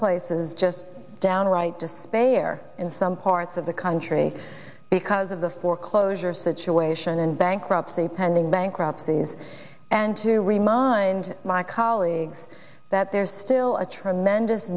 places just downright despair in some parts of the country because of the foreclosure situation and bankruptcy pending bankruptcies and to remind my colleagues that there's still a tremendous